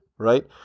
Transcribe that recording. right